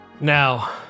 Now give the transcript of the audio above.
Now